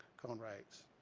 cone writes.